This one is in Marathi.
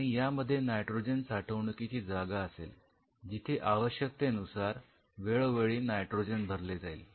आणि यामध्ये नायट्रोजन साठवणुकीची जागा असेल जिथे आवश्यकतेनुसार वेळोवेळी नायट्रोजन भरले जाईल